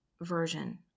version